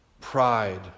pride